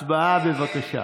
הצבעה, בבקשה.